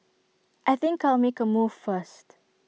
I think I'll make A move first